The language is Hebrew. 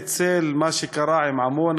בצל מה שקרה עם עמונה,